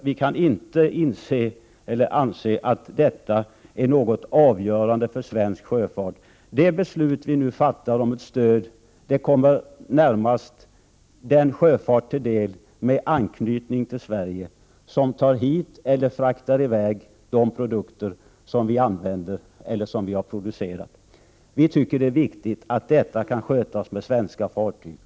Vi kan inte anse att det är något avgörande för svensk sjöfart. Det beslut vi nu kommer att fatta kommer närmast den sjöfart till godo som har anknytning till Sverige, som tar hit produkter vi använder eller fraktar i väg varor vi har producerat. Vi tycker att det är viktigt att detta kan skötas med svenska fartyg.